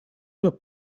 were